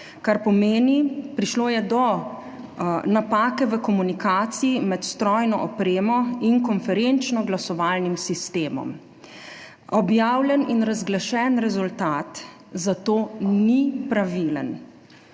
kar pomeni, prišlo je do napake v komunikaciji med strojno opremo in konferenčno-glasovalnim sistemom. Objavljen in razglašen rezultat zato ni pravilen.